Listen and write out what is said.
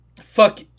Fuck